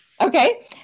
Okay